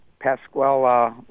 Pasquale